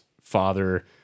father